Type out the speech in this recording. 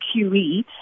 QE